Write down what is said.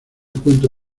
cuento